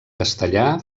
castellà